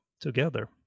together